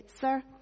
Sir